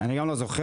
אני גם לא זוכר.